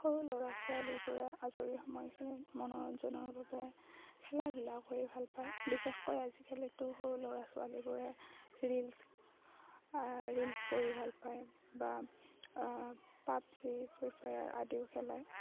সৰু ল'ৰা ছোৱালীবোৰে আজৰি সময়খিনিত মনোৰঞ্জনৰ বাবে খেলা ধূলা কৰি ভাল পায় বিশেষকৈ আজিকালিতো সৰু ল'ৰা ছোৱালীবোৰে ৰিল্ছ ৰিল্ছ কৰি ভাল পায় বা পাবজি ফ্ৰী ফায়াৰ আদিও খেলায়